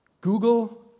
Google